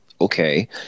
Okay